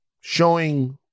showing